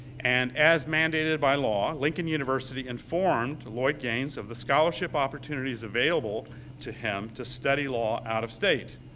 and as mandated by law, lincoln university informed lloyd gaines of the scholarship opportunities available to him to study law out of state.